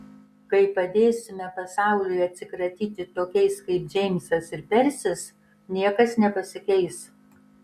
kai padėsime pasauliui atsikratyti tokiais kaip džeimsas ir persis niekas nepasikeis